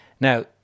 Now